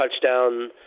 touchdown